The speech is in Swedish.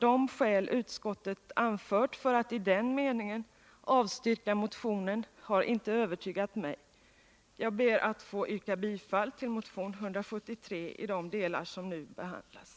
De skäl utskottet anfört för att i den meningen avstyrka motionen har inte övertygat mig. Jag ber att få yrka bifall till motion 173 i de delar som nu behandlas.